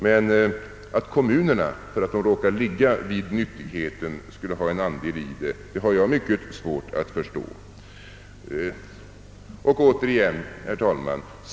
Men jag har mycket svårt att förstå att kommunerna skulle ha andel i nyttigheterna bara därför att de råkar ligga invid dem.